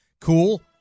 Cool